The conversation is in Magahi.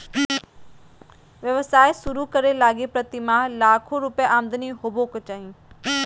व्यवसाय शुरू करे लगी प्रतिमाह लाख रुपया आमदनी होबो के चाही